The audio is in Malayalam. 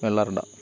വെള്ളാർട